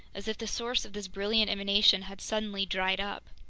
as if the source of this brilliant emanation had suddenly dried up.